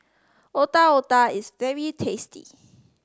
Otak Otak is very tasty